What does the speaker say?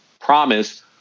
promise